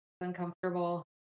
uncomfortable